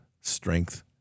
strength